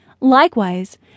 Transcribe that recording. Likewise